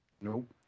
Nope